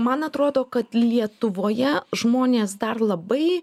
man atrodo kad lietuvoje žmonės dar labai